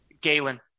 Galen